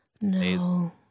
No